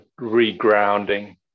regrounding